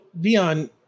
Vion